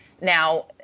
Now